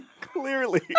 Clearly